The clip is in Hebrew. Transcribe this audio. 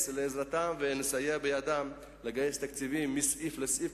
לעזרתם ונסייע בידם לגייס תקציבים מסעיף לסעיף.